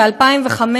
ב-2005,